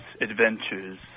adventures